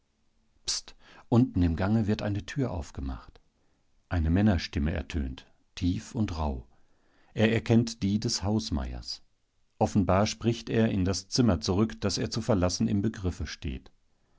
pst unten im gange wird eine tür aufgemacht eine männerstimme ertönt tief und rauh er erkennt die des hausmeiers offenbar spricht er in das zimmer zurück das er zu verlassen im begriffe steht